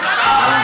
זה ככה עובד.